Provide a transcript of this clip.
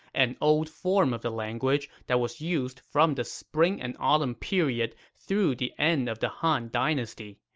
an old form of the language that was used from the spring and autumn period through the end of the han dynasty.